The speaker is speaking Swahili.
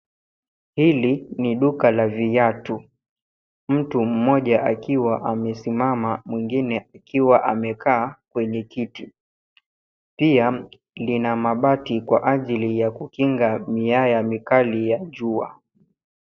Hili ni duka la viatu, mtu mmoja akiwa amesimama mwingine akiwa amekaa kwenye kiti. Pia lina mabati kwa ajili ya kukinga miale mikali ya jua.